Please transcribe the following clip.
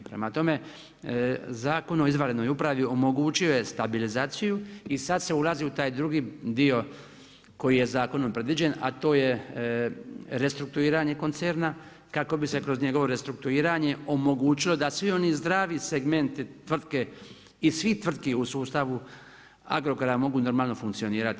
Prema tome Zakon o izvanrednoj upravi omogućio je stabilizaciju i sada se ulazi u taj drugi dio koji je zakonom predviđen a to je restrukturiranje koncerna kako bi se kroz njegovo restrukturiranje omogućilo da svi oni zdravi segmenti tvrtke i svih tvrtki u sustavu Agrokora mogu normalno funkcionirati.